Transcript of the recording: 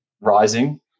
rising